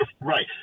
Right